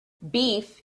beef